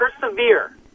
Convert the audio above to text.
persevere